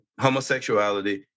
homosexuality